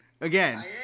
again